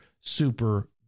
super